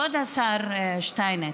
כבוד השר שטייניץ,